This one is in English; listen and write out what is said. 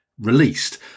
released